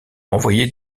envoyer